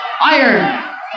Iron